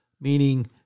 Meaning